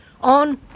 on